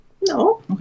No